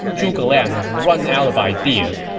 zhuge liang has run out of ideas.